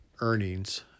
earnings